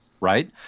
right